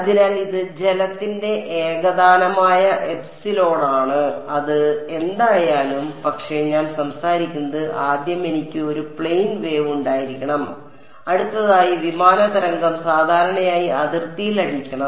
അതിനാൽ ഇത് ജലത്തിന്റെ ഏകതാനമായ എപ്സിലോണാണ് അത് എന്തായാലും പക്ഷേ ഞാൻ സംസാരിക്കുന്നത് ആദ്യം എനിക്ക് ഒരു പ്ലെയ്ൻ വേവ് ഉണ്ടായിരിക്കണം അടുത്തതായി വിമാന തരംഗം സാധാരണയായി അതിർത്തിയിൽ അടിക്കണം